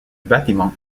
bâtiment